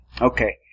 Okay